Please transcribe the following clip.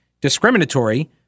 discriminatory